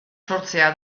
sortzea